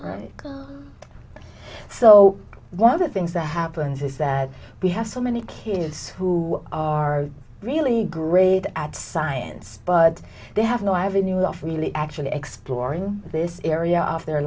so one of the things that happens is that we have so many kids who are really great at science but they have no i haven't you off really actually exploring this area off their